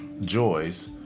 joys